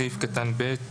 בסעיף קטן (ב),